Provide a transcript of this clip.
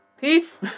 Peace